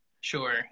Sure